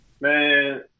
Man